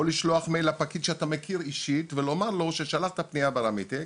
או לשלוח מייל לפקיד שאתה מכיר אישית ולומר לו ששלחת פנייה ברמיטק,